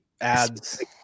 ads